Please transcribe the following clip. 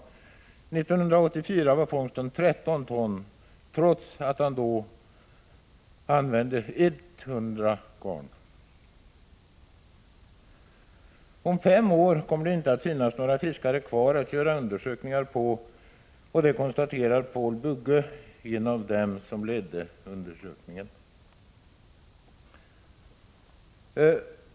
1984 var fångsten 13 ton, trots att han då använde 100 garn. Om fem år kommer det inte att finnas några fiskare kvar att göra undersökningar om, konstaterar Pål Bugge, en av dem som ledde undersökningen.